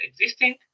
existing